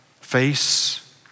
Face